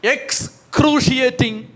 Excruciating